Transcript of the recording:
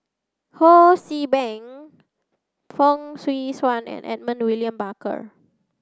Ho See Beng Fong Swee Suan and Edmund William Barker